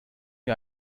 wie